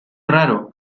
raro